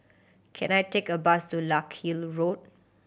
can I take a bus to Larkhill Road